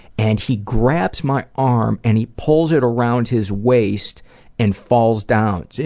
and he grabs my arm and he pulls it around his waist and falls down. so